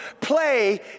play